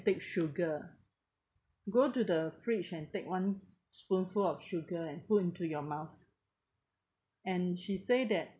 take sugar go to the fridge and take one spoonful of sugar put into your mouth and she say that